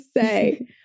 say